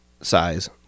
size